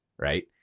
Right